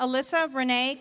alyssa renee